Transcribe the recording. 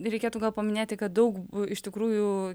reikėtų gal paminėti kad daug iš tikrųjų